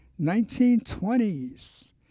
1920s